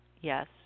Yes